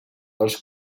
els